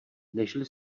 nežli